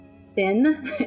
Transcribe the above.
sin